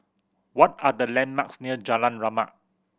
what are the landmarks near Jalan Rahmat